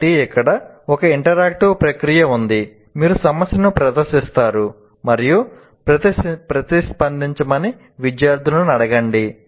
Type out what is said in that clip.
కాబట్టి ఇక్కడ ఒక ఇంటరాక్టివ్ ప్రక్రియ ఉంది మీరు సమస్యను ప్రదర్శిస్తారు మరియు ప్రతిస్పందించమని విద్యార్థులను అడగండి